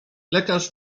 lekarz